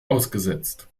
ausgesetzt